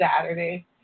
Saturday